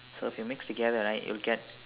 so if you mix together right you'll get